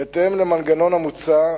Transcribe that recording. בהתאם למנגנון המוצע,